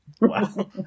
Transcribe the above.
Wow